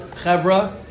chevra